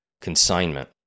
consignment